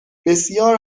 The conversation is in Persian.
بسیار